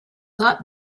got